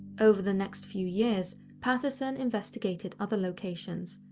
over the next few years patterson investigated other locations,